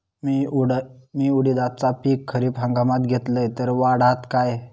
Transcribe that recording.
मी उडीदाचा पीक खरीप हंगामात घेतलय तर वाढात काय?